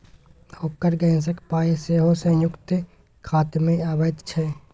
ओकर गैसक पाय सेहो संयुक्ते खातामे अबैत छै